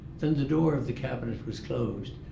then the door of the cabinet was closed,